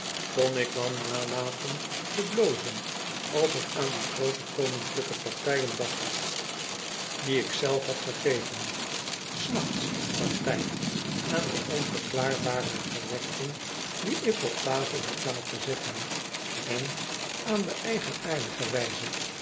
kon ik dan nalaten te blozen als ik aan die groote koninkujke partijen dacht die ik zelf had gegeven s nachts altijd aan de onverklaarbare gerechten die ik op tafel had laten zetten en aan de eigenaardige wijze